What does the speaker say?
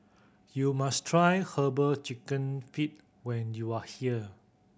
you must try Herbal Chicken Feet when you are here